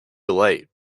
delight